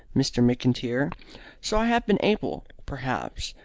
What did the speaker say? mr. mcintyre, so i have been able, perhaps,